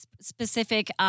specific –